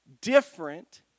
Different